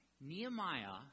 Nehemiah